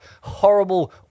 horrible